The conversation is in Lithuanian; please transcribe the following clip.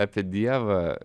apie dievą